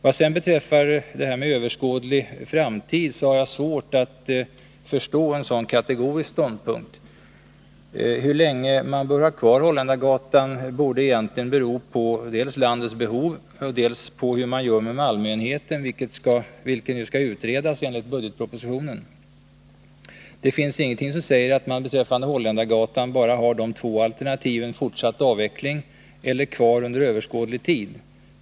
Vad sedan beträffar ”överskådlig framtid” har jag svårt att förstå en sådan kategorisk ståndpunkt. Hur länge man bör ha kvar utbildningen vid Holländargatan borde i stället bero på dels landets behov, dels hur man gör med Malmöenheten, vilket enligt budgetpropositionen skall utredas. Det finns ingenting som säger att man beträffande Holländargatan bara har de två alternativen ”fortsatt avveckling” och ”kvar under överskådlig tid”.